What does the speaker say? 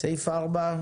2. אני בעד.